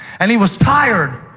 and he was tired,